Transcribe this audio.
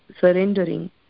surrendering